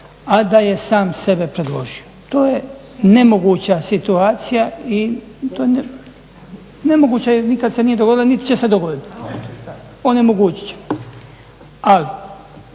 a da je sam sebe predložio. To je nemoguća situacija, nikad se nije dogodila niti će se dogoditi. … /Upadica